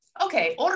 Okay